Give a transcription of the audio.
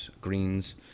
greens